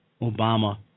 Obama